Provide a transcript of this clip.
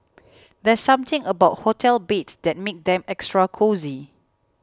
there's something about hotel beds that makes them extra cosy